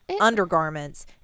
undergarments